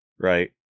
Right